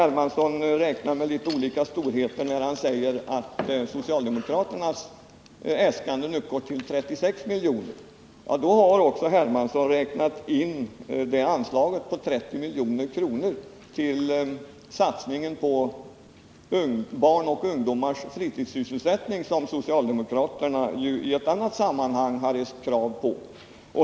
Hermansson räknar med litet olika storheter när han säger att socialdemokraternas äskanden uppgår till 36 milj.kr. Då har C.-H. Hermansson också räknat in det anslag på 30 milj.kr. för en satsning på barns och ungdomars fritidssysselsättning som socialdemokraterna i ett annat sammanhang rest krav på.